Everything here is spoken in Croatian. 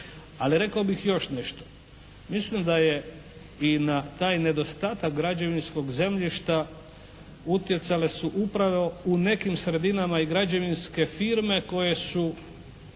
Ali rekao bih još nešto. Mislim da je i na taj nedostatak građevinskog zemljišta utjecale su upravo u nekim sredinama i građevinske firme koje su